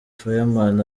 fireman